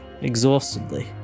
exhaustedly